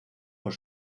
por